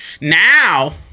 Now